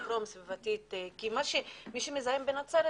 מי שמזהם בנצרת,